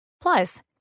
Plus